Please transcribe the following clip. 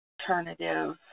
alternative